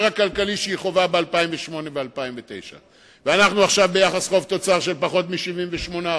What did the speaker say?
הכלכלי שהיא חווה ב-2008 2009. אנחנו עכשיו ביחס חוב-תוצר של פחות מ-78%,